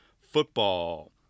football